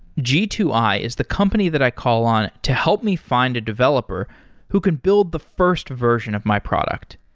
g two i is the company that i call on to help me find a developer who can build the first version of my product.